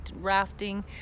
rafting